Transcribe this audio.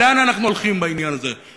לאן אנחנו הולכים בעניין הזה?